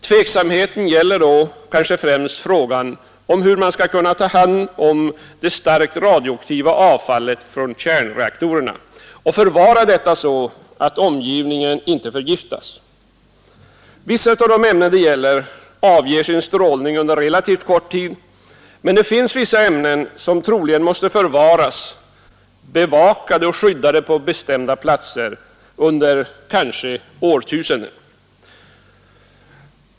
Tveksamheten gäller då främst hur man skall kunna ta hand om det starkt radioaktiva avfallet från kärnreaktorerna och förvara detta så att inte omgivningen förgiftas. Vissa av de ämnen det gäller avger sin strålning under relativt kort tid, men det finns andra ämnen som troligen måste förvaras bevakade och skyddade på bestämda platser, kanske under årtusenden.